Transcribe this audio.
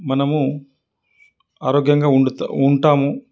మనము ఆరోగ్యంగా వండుతా ఉంటాము